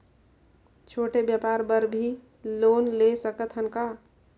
छोटे व्यापार बर भी लोन ले सकत हन का?